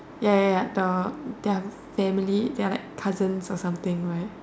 ya ya ya the the family they are like cousins or something right